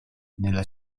nella